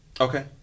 Okay